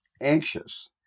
anxious